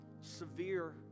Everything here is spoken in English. Severe